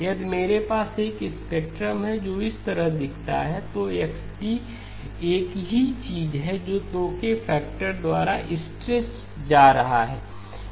यदि मेरे पास एक स्पेक्ट्रम है जो इस तरह दिखता है तो XD एक ही चीज है जो 2 के फैक्टर द्वारा स्ट्रेच जा रहा है